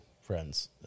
friends